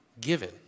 given